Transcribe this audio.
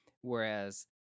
whereas